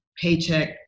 paycheck